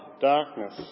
darkness